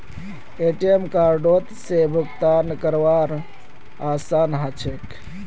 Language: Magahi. ए.टी.एम कार्डओत से भुगतान करवार आसान ह छेक